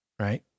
right